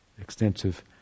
extensive